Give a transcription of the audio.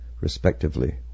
respectively